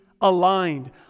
aligned